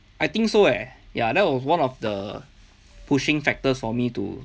I think so leh ya that was one of the pushing factors for me to